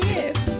Yes